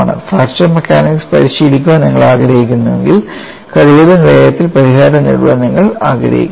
fracture mechanics പരിശീലിക്കാൻ നിങ്ങൾ ആഗ്രഹിക്കുന്നുവെങ്കിൽ കഴിയുന്നതും വേഗത്തിൽ പരിഹാരം നേടാൻ നിങ്ങൾ ആഗ്രഹിക്കുന്നു